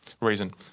reason